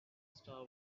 star